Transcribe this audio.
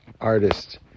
artist